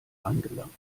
angelangt